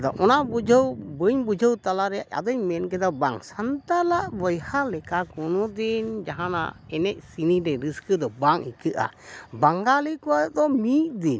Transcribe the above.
ᱟᱫᱚ ᱚᱱᱟ ᱵᱩᱡᱷᱟᱹᱣ ᱵᱟᱹᱧ ᱵᱩᱡᱷᱟᱹᱣ ᱛᱟᱞᱟ ᱨᱮᱭᱟᱜ ᱟᱫᱚᱧ ᱢᱮᱱ ᱠᱮᱫᱟ ᱵᱟᱝ ᱥᱟᱱᱛᱟᱲᱟᱜ ᱵᱚᱭᱦᱟ ᱞᱮᱠᱟ ᱠᱳᱱᱳᱫᱤᱱ ᱡᱟᱦᱟᱱᱟᱜ ᱮᱱᱮᱡ ᱥᱮᱨᱮᱧ ᱨᱮ ᱨᱟᱹᱥᱠᱟᱹ ᱫᱚ ᱵᱟᱝ ᱟᱹᱭᱠᱟᱹᱜᱼᱟ ᱵᱟᱝᱜᱟᱞᱤ ᱠᱚᱣᱟᱜ ᱫᱚ ᱢᱤᱫ ᱫᱤᱱ